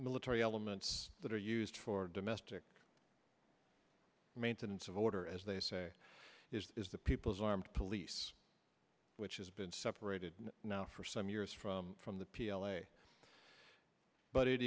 military elements that are used for domestic maintenance of order as they say is the people's armed police which has been separated now for some years from from the p l a but it